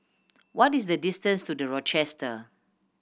what is the distance to The Rochester